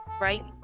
right